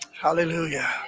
Hallelujah